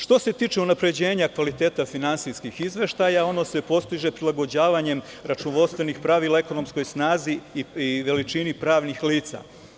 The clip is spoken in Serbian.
Što se tiče unapređenja kvaliteta finansijskih izveštaja, ono se postiže prilagođavanjem računovodstvenih pravila ekonomskoj snazi i veličini pravnih lica.